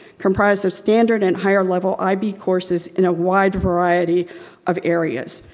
comprise their standard and higher level ib courses in a wide variety of areas.